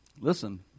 Listen